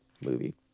movie